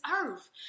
earth